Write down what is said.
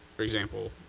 for example.